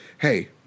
Hey